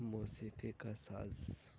موسیقی کا ساز